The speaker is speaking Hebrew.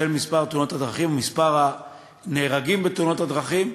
של מספר תאונות הדרכים ומספר הנהרגים בתאונות הדרכים,